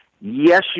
Yes